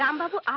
um mother,